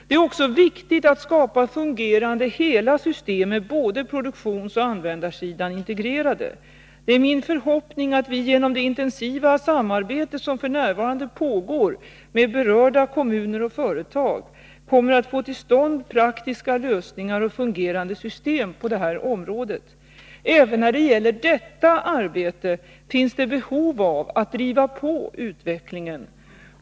Det är också viktigt att skapa fungerande ”hela” system med både produktionsoch användarsidan integrerade. Det är min förhoppning att vi genom det intensiva samarbete som f. n. pågår med berörda kommuner och företag kommer att få till stånd praktiska lösningar och fungerande system på det här området. Även när det gäller detta arbete finns det behov av att driva på utvecklingen.